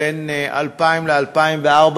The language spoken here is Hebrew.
בין 2000 ל-2004,